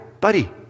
buddy